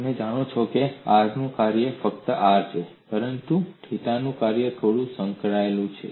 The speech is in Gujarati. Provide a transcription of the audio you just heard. તમે જાણો છો કે r નું કાર્ય ફક્ત r છે પરંતુ થિટા નું કાર્ય થોડું સંકળાયેલું છે